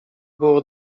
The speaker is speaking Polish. było